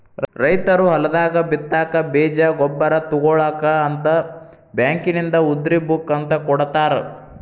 ರೈತರು ಹೊಲದಾಗ ಬಿತ್ತಾಕ ಬೇಜ ಗೊಬ್ಬರ ತುಗೋಳಾಕ ಅಂತ ಬ್ಯಾಂಕಿನಿಂದ ಉದ್ರಿ ಬುಕ್ ಅಂತ ಕೊಡತಾರ